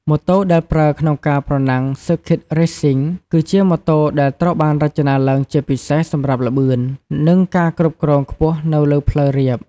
ម៉ូតូដែលប្រើក្នុងការប្រណាំង ស៊ើរឃីត រេសស៊ីង (Circuit Racing) គឺជាម៉ូតូដែលត្រូវបានរចនាឡើងជាពិសេសសម្រាប់ល្បឿន និងការគ្រប់គ្រងខ្ពស់នៅលើផ្លូវរាប។